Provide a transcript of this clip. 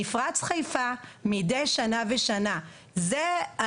רק תפרו את החליפה למידותיהם אז הם לא